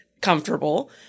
comfortable